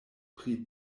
pri